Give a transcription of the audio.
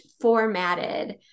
formatted